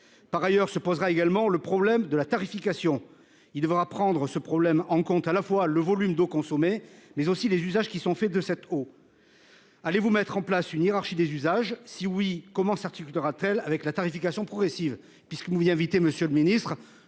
Par ailleurs, se posera également le problème de la tarification. Il devra prendre ce problème en compte à la fois le volume d'eau consommé mais aussi les usages qui sont faits de cette eau. Allez vous mettre en place une hiérarchie des usages si oui, comment s'articulera-t-elle avec la tarification progressive